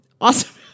Awesome